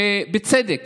שבצדק